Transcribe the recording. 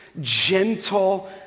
gentle